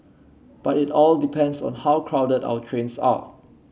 but it all depends on how crowded our trains are